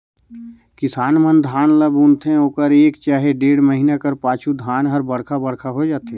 किसान मन धान ल बुनथे ओकर एक चहे डेढ़ महिना कर पाछू धान हर बड़खा बड़खा होए जाथे